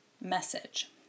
message